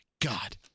God